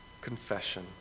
confession